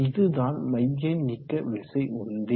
இதுதான் மையநீக்க விசை உந்தி